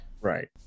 Right